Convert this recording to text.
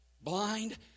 Blind